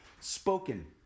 spoken